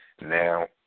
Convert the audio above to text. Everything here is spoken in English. Now